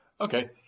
Okay